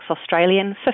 Australian